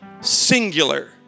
singular